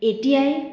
এতিয়াই